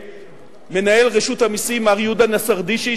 למנהל רשות המסים מר יהודה נסרדישי,